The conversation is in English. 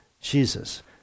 Jesus